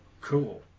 Cool